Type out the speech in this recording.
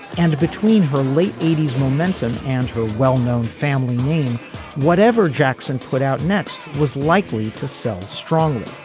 and between her late eighties momentum and her well-known family name whatever jackson put out next was likely to sell strongly.